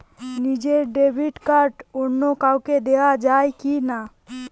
নিজের debit card অন্য কাউকে দেওয়া যায় কি না?